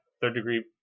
third-degree